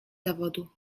zawodu